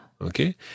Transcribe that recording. Okay